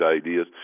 ideas